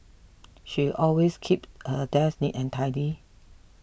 she always keep her desk neat and tidy